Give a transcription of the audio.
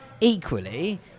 Equally